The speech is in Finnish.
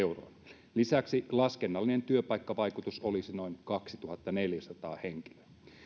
euroon lisäksi laskennallinen työpaikkavaikutus olisi noin kaksituhattaneljäsataa henkilöä